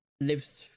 lives